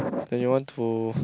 then you want to